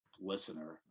listener